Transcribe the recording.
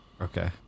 Okay